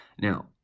now